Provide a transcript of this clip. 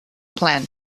plan